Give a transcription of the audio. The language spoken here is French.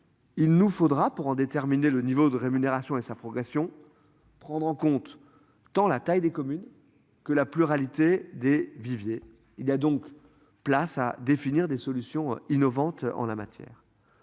Il nous faudra pour en déterminer le niveau de rémunération et sa progression, prendre en compte tant la taille des communes que la pluralité des viviers. Il y a donc place à définir des solutions innovantes en la matière.